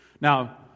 Now